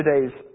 today's